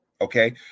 Okay